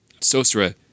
sosra